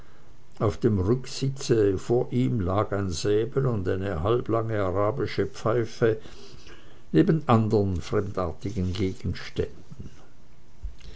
auf dem rücksitze vor ihm lag ein säbel und eine halblange arabische pfeife neben andern fremdartigen gegenständen